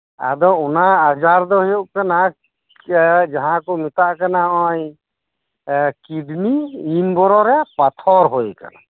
ᱟᱫᱚ ᱚᱱᱟ ᱟᱡᱟᱨ ᱫᱚ ᱦᱩᱭᱩᱜ ᱠᱟᱱᱟ ᱡᱟᱦᱟᱸ ᱠᱚ ᱢᱮᱛᱟᱜ ᱠᱟᱱᱟ ᱱᱚᱜ ᱚᱭ ᱠᱤᱰᱱᱤ ᱤᱱᱵᱚᱨᱚ ᱨᱮ ᱯᱟᱛᱷᱚᱨ ᱦᱩᱭ ᱠᱟᱱᱟ